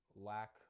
lack